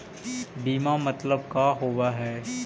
बीमा मतलब का होव हइ?